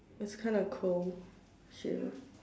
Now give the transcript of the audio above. it's kinda cold shiver